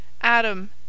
Adam